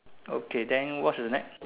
okay then what's the next